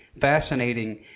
fascinating